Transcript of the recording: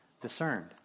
discerned